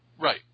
right